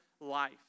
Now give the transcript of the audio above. life